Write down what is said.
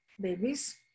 babies